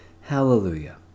Hallelujah